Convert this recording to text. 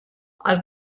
għall